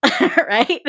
right